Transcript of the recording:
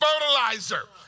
fertilizer